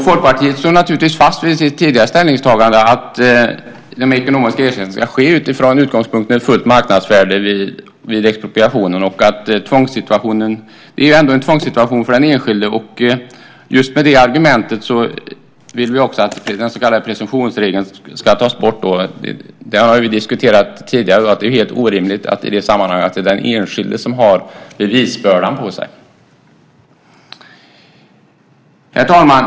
Folkpartiet står naturligtvis fast vid sitt tidigare ställningstagande att de ekonomiska ersättningarna ska ske utifrån utgångspunkten ett fullt marknadsvärde vid expropriationen. Det är ändå en tvångssituation för den enskilde. Just med det argumentet vill vi också att den så kallade presumtionsregeln ska tas bort. Vi har tidigare diskuterat att det är helt orimligt att det i det sammanhanget är den enskilde som har bevisbördan. Herr talman!